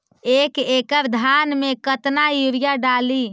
एक एकड़ धान मे कतना यूरिया डाली?